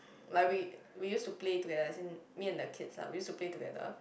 like we we used to play together as in me and the kids ah we used to play together